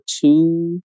two